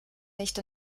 nicht